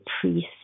priest